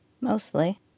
Mostly